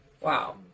Wow